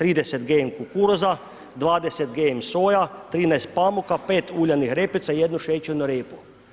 30 GMO kukuruzu, 20 GMO soja, 13 pamuka, 5 uljanih repica i 1 šećernu repu.